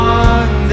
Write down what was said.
one